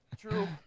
true